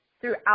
throughout